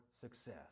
success